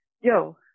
yo